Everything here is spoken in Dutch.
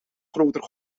groter